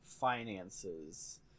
finances